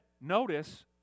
notice